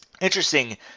Interesting